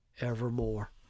evermore